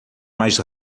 mais